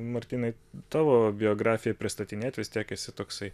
martynai tavo biografiją pristatinėt vis tiek esi toksai